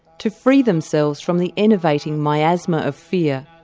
to free themselves from the enervating miasma of fear.